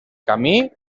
camí